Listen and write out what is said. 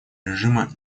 режима